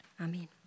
Amen